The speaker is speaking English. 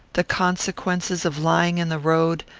the consequences of lying in the road,